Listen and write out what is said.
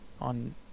on